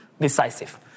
decisive